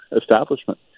establishment